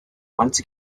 once